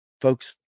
Folks